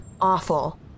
awful